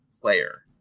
player